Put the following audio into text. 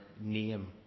name